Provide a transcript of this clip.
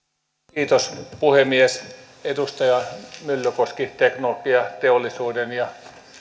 puhemies edustaja myllykoski teknologiateollisuuden ja